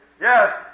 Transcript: Yes